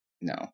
No